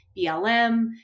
BLM